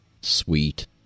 Sweet